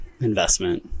investment